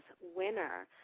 winner